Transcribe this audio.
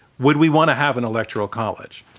would we want to have an electoral college?